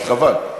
אז חבל.